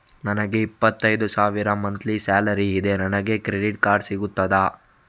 ನನಗೆ ಇಪ್ಪತ್ತೈದು ಸಾವಿರ ಮಂತ್ಲಿ ಸಾಲರಿ ಇದೆ, ನನಗೆ ಕ್ರೆಡಿಟ್ ಕಾರ್ಡ್ ಸಿಗುತ್ತದಾ?